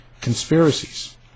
conspiracies